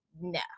no